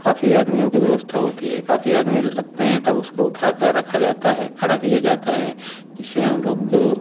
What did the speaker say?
काफ़ी आदमियों की व्यवस्था होती है काफ़ी आदमी लगते हैं तब उसको उठाकर रखा जाता है खड़ा किया जाता है जिससे हम लोग को